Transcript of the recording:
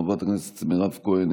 חברת הכנסת מירב כהן,